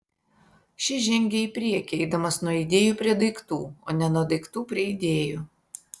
šis žengia į priekį eidamas nuo idėjų prie daiktų o ne nuo daiktų prie idėjų